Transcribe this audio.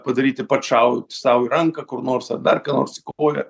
padaryti pats šau sau ranką kur nors ar dar ką nors ore